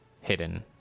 hidden